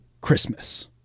Christmas